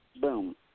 boom